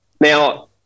Now